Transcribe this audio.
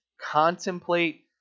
contemplate